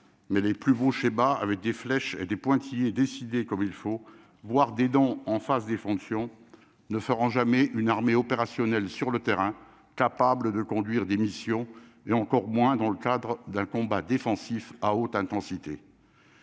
mais les pluies vont Sheba avec des flèches et des pointillés décidé comme il faut voir des dons en face des fonctions ne feront jamais une armée opérationnelle sur le terrain, capable de conduire des missions et encore moins dans le cadre d'un combat défensif à haute intensité.